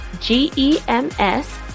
G-E-M-S